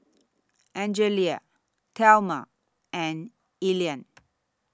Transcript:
Angelia Thelma and Elian